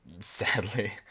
Sadly